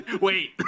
Wait